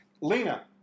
Lena